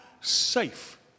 safe